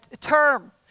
term